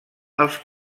als